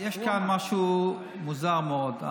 יש כאן משהו מוזר מאוד: